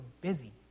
busy